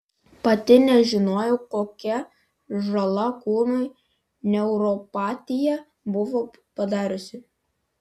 pati nežinojau kokią žalą kūnui neuropatija buvo padariusi